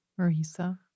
Marisa